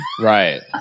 Right